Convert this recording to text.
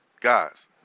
guys